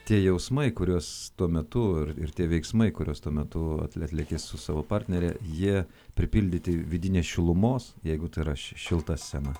tie jausmai kuriuos tuo metu ir tie veiksmai kuriuos tuo metu atliki su savo partnere jie pripildyti vidinės šilumos jeigu tai yra š šilta scena